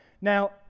Now